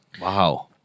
Wow